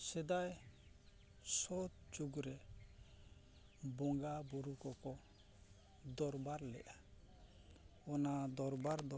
ᱥᱮᱫᱟᱭ ᱥᱳᱪ ᱡᱩᱜᱽᱨᱮ ᱵᱚᱸᱜᱟ ᱵᱩᱨᱩ ᱠᱚᱠᱚ ᱫᱚᱨᱵᱟᱨ ᱞᱮᱫᱼᱟ ᱚᱱᱟ ᱫᱚᱨᱵᱟᱨ ᱫᱚ